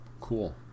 Cool